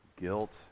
guilt